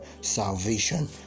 salvation